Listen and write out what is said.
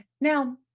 Now